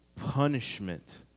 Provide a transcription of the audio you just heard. punishment